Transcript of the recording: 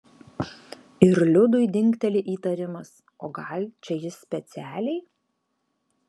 ir liudui dingteli įtarimas o gal čia jis specialiai